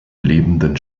lebenden